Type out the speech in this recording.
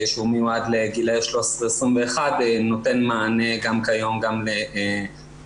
הוא מיועד לגילאי 13-21. נותן מענה גם כיום גם לטרנסנג'דריות.